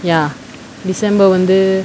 ya december வந்து:vanthu